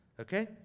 okay